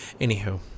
anywho